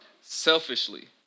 selfishly